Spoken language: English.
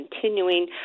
continuing